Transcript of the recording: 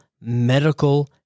medical